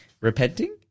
Repenting